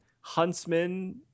Huntsman